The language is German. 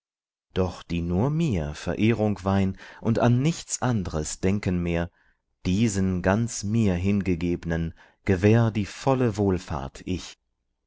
doch die nur mir verehrung weihn und an nichts andres denken mehr diesen ganz mir hingegebnen gewähr die volle wohlfahrt ich